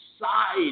side